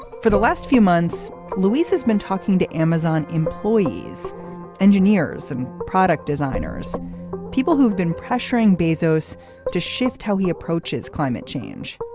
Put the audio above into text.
for the last few months louise has been talking to amazon employees engineers and product designers people who've been pressuring bezos to shift how he approaches climate change.